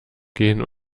gehen